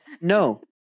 No